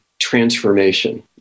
transformation